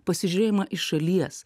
pasižiūrėjimą iš šalies